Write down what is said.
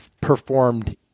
performed